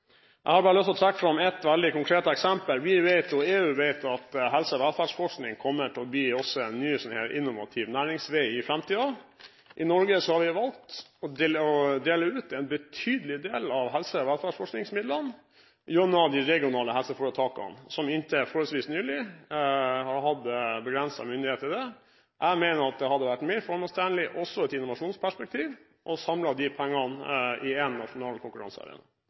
Jeg har bare lyst til å trekke fram ett veldig konkret eksempel. Vi vet og EU vet at helse- og velferdsforskning kommer til å bli en ny innovativ næringsvei i framtiden. I Norge har vi valgt å dele ut en betydelig del av helse- og velferdsforskningsmidlene gjennom de regionale helseforetakene, som inntil forholdsvis nylig har hatt begrenset myndighet til det. Jeg mener at det hadde vært mer formålstjenlig også i et innovasjonsperspektiv å samle de pengene i en nasjonal konkurransearena.